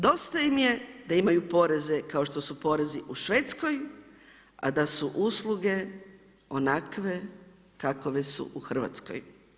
Dosta im je da imaju poreze kao što su porezi u Švedskoj, a da su usluge onakve kakve su u Hrvatskoj.